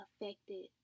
affected